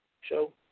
Show